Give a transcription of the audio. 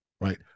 right